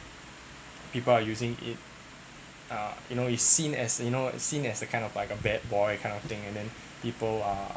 people are using it uh you know you seen as you know seen as a kind of like a bad boy that kind of thing and then people are